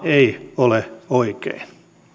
ei ole oikein